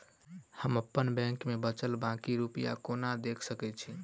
हम अप्पन बैंक मे बचल बाकी रुपया केना देख सकय छी?